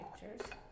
pictures